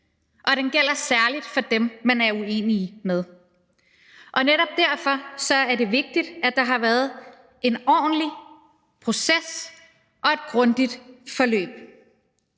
og det gælder særlig for dem, man er uenige med. Netop derfor er det vigtigt, at der har været en ordentlig proces og et grundigt forløb.